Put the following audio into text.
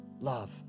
love